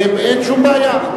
אין שום בעיה.